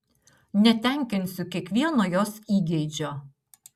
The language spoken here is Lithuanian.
netenkinsiu kiekvieno jos įgeidžio